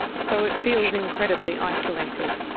so it feels incredibly isolated.